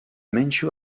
manchu